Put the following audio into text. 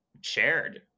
shared